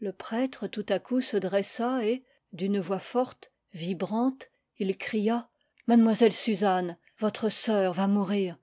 le prêtre tout à coup se dressa et d'une voix forte vibrante il cria mademoiselle suzanne votre sœur va mourir